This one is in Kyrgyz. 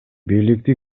бийликти